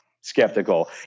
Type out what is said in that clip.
skeptical